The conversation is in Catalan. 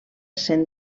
cent